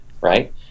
right